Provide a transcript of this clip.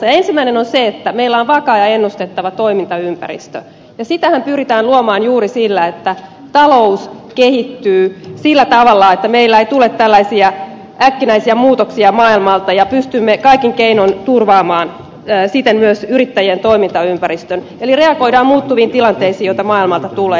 ensimmäinen on se että meillä on vakaa ja ennustettava toimintaympäristö ja sitähän pyritään luomaan juuri sillä että talous kehittyy sillä tavalla että meillä ei tule tällaisia äkkinäisiä muutoksia maailmalta ja pystymme kaikin keinoin turvaamaan siten myös yrittäjien toimintaympäristön eli reagoidaan muuttuviin tilanteisiin joita maailmalta tulee